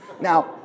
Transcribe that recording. Now